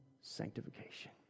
sanctification